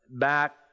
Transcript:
back